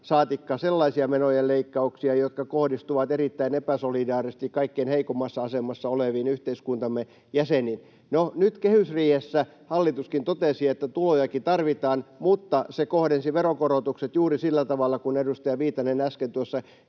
saatikka sellaisia menojen leikkauksia, jotka kohdistuvat erittäin epäsolidaarisesti kaikkein heikoimmassa asemassa oleviin yhteiskuntamme jäseniin. No, nyt kehysriihessä hallituskin totesi, että tulojakin tarvitaan, mutta se kohdensi veronkorotukset juuri sillä tavalla kuin edustaja Viitanen äsken tuossa